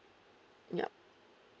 yup